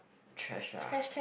trash lah